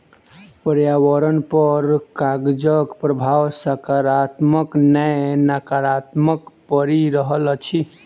पर्यावरण पर कागजक प्रभाव साकारात्मक नै नाकारात्मक पड़ि रहल अछि